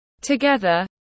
together